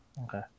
Okay